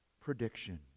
prediction